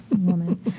woman